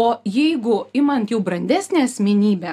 o jeigu imant jau brandesnę asmenybę